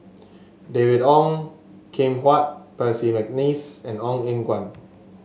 David Ong Kim Huat Percy McNeice and Ong Eng Guan